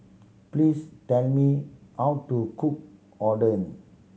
please tell me how to cook Oden